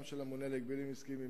גם של הממונה על ההגבלים העסקיים,